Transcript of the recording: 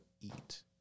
Eat